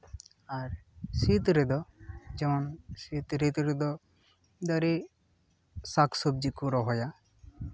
ᱟᱨ ᱥᱤᱛ ᱨᱮᱫᱚ ᱡᱮᱢᱚᱱ ᱥᱤᱛ ᱨᱤᱛᱩ ᱨᱮᱫᱚ ᱫᱟᱨᱮ ᱥᱟᱠ ᱥᱚᱵᱽᱡᱤ ᱠᱚ ᱨᱚᱦᱚᱭᱟ